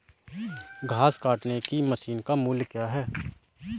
घास काटने की मशीन का मूल्य क्या है?